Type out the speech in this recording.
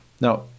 Now